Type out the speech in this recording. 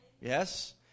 Yes